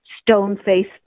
stone-faced